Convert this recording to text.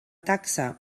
taxa